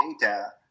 data